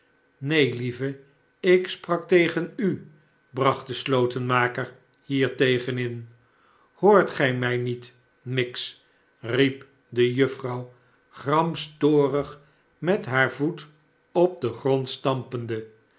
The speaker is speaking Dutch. neen lieve ik sprak tegen u bracht de slotenmaker hiertegen in hoort gij mij niet miggs riep de juffrouw gramstorig met haar voet op den grond stampende